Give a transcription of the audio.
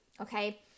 Okay